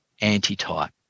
anti-type